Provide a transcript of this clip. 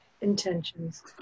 intentions